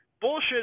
bullshit